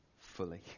fully